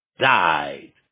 died